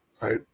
right